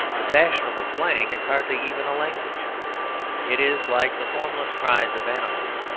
the fashionable slang is hardly even a language it is like the formless cries of animals,